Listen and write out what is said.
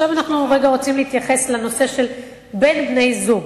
כרגע אנחנו רוצים להתייחס לאלימות בין בני-זוג,